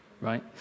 right